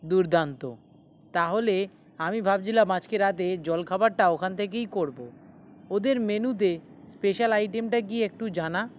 দুর্দান্ত তাহলে আমি ভাবছিলাম আজকে রাতে জলখাবারটা ওখান থেকেই করব ওদের মেনুতে স্পেশাল আইটেমটা কী একটু জানা